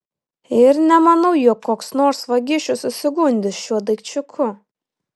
ir nemanau jog koks nors vagišius susigundys šiuo daikčiuku